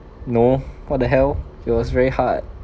no what the hell it was very hard